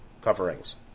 coverings